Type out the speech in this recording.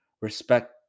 respect